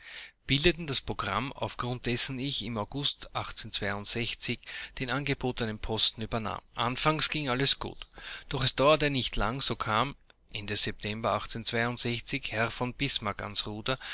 bildeten das programm auf grund dessen ich im august den angebotenen posten übernahm anfangs ging alles gut doch es dauerte nicht lange so kam ende september herr von bismarck ans ruder